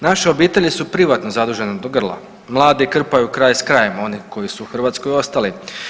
Naše obitelji su privatno zadužene do grla, mladi krpaju kraj s krajem, oni koji su u Hrvatskoj ostali.